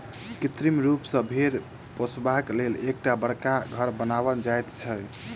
कृत्रिम रूप सॅ भेंड़ पोसबाक लेल एकटा बड़का घर बनाओल जाइत छै